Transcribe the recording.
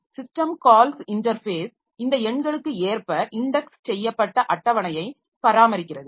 system calls interface இந்த எண்களுக்கு ஏற்ப இன்டெக்ஸ் செய்யப்பட்ட அட்டவணையை பராமரிக்கிறது